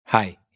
Hi